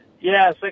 Yes